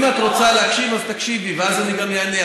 אם את רוצה להקשיב אז תקשיבי, ואז אני גם אענה.